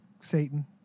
Satan